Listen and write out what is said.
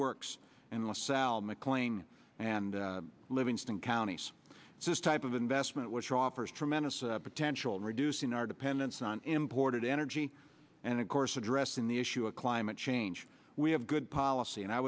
works in the south mclean and livingston counties so this type of investment which offers tremendous potential in reducing our dependence on imported energy and of course addressing the issue of climate change we have good policy and i